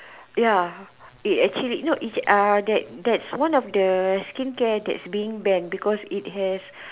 ya it actually no it's uh that that that's one of the skincare that's being banned because it has